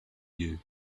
you